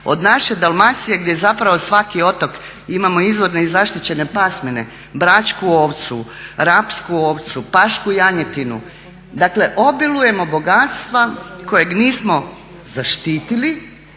od naše Dalmacije gdje zapravo svaki otok imamo izvorne i zaštićene pasmine, bračku ovcu, rapsku ovcu, pašku janjetinu. Dakle obilujemo bogatstva kojeg nismo zaštitili